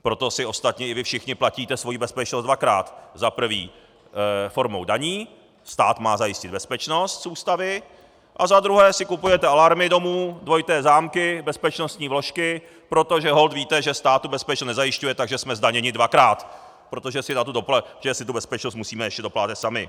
Proto si ostatně i vy všichni platíte svoji bezpečnost dvakrát, za prvé formou daní stát má zajistit bezpečnost z Ústavy a za druhé si kupujete alarmy domů, dvojité zámky, bezpečnostní vložky, protože holt víte, že stát bezpečnost nezajišťuje, takže jsme zdaněni dvakrát, protože si tu bezpečnost musíme ještě doplácet sami.